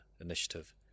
Initiative